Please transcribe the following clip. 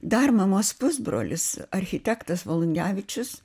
dar mamos pusbrolis architektas volungevičius